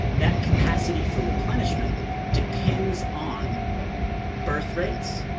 that capacity for replenishment depends on birth rates,